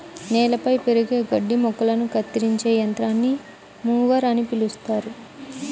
నేలపై పెరిగే గడ్డి మొక్కలను కత్తిరించే యంత్రాన్ని మొవర్ అని పిలుస్తారు